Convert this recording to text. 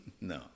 No